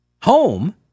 home